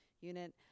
unit